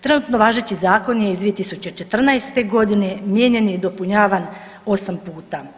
Trenutno važeći zakon je iz 2014.g., mijenjan je i dopunjavan 8 puta.